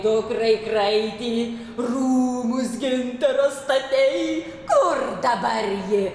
dukrai kraitį rūmus gintarą statei kur dabar jį